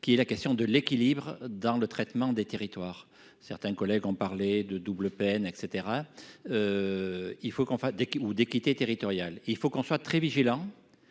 qui est la question de l'équilibre dans le traitement des territoires. Certains collègues ont parlé de double peine, et caetera. Il faut qu'on fasse des ou d'équité territoriale, il faut qu'on soit très vigilant.